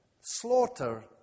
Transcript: slaughter